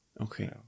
Okay